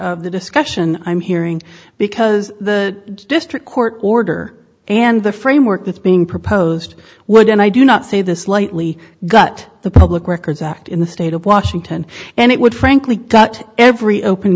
of the discussion i'm hearing because the district court order and the framework that's being proposed would and i do not say this lightly gut the public records act in the state of washington and it would frankly cut every open